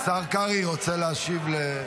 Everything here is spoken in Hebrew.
השר קרעי רוצה להשיב.